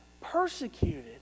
persecuted